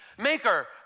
Maker